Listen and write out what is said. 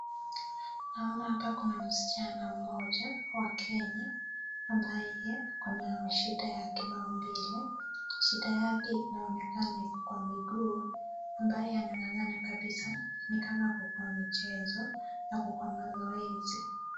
Naona hapa kuna msichana mmoja Wa Kenya, ambaye ako na shida ya kimaumbile ,shida yake inaonekana iko kwa miguu, ambaye anang'ang'a kabisaa, nikama ako kwa michezo ako kwa mazoezi.